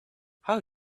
how